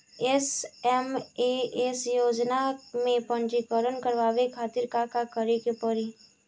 SMAM योजना में पंजीकरण करावे खातिर का का करे के पड़ी?